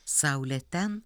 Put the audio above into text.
saulę ten